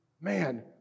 Man